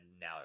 now